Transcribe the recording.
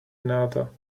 another